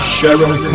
Cheryl